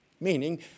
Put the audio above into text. Meaning